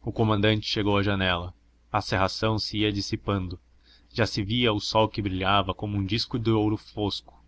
o comandante chegou à janela a cerração se ia dissipando já se via o sol que brilhava como um disco de ouro fosco